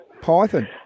python